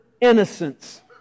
innocence